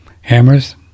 hammers